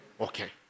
Okay